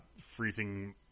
freezing